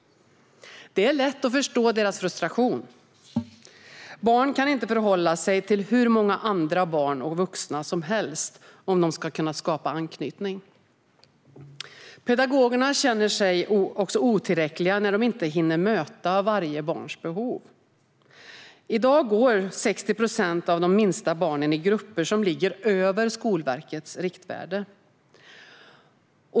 Det är lätt att förstå deras frustration. Barn kan inte förhålla sig till hur många andra barn och vuxna som helst om de ska kunna skapa anknytning. Pedagogerna känner sig också otillräckliga när de inte hinner möta varje barns behov. I dag går 60 procent av de minsta barnen i grupper som är större än Skolverkets riktvärde.